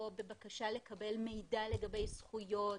או בבקשה לקבל מידע לגבי זכויות.